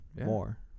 more